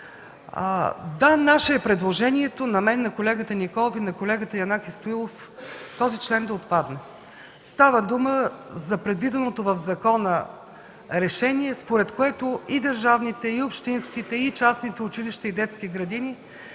Да, наше е предложението – на мен, на колегата Николов и на колегата Янаки Стоилов – този член да отпадне. Става дума за предвиденото в закона решение, според което държавните, общинските и частни училища и детски градини